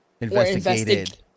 Investigated